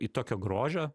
tokio grožio